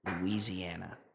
Louisiana